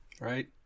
Right